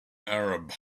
arab